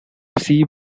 sea